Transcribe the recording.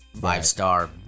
five-star